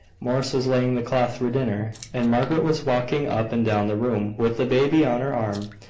morris was laying the cloth for dinner, and margaret was walking up and down the room with the baby on her arm,